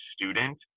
student